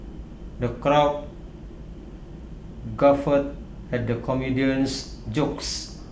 the crowd guffawed at the comedian's jokes